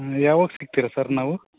ಹಾಂ ಯಾವಾಗ ಸಿಗ್ತೀರ ಸರ್ ನಾವು